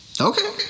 Okay